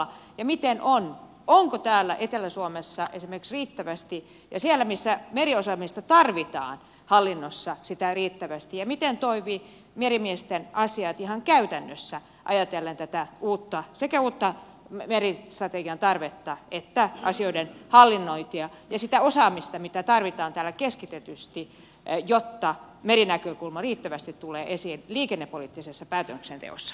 ja miten on onko täällä etelä suomessa esimerkiksi ja siellä missä meriosaamista tarvitaan hallinnossa sitä riittävästi ja miten toimivat merimiesten asiat ihan käytännössä ajatellen sekä uutta meristrategian tarvetta että asioiden hallinnointia ja sitä osaamista mitä tarvitaan täällä keskitetysti jotta merinäkökulma riittävästi tulee esiin liikennepoliittisessa päätöksenteossa